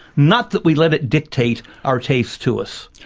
not that we let it dictate our taste to us.